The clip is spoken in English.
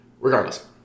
Regardless